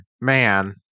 man